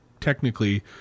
technically